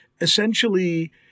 essentially